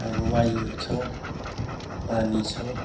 अब वायु छ पानी छ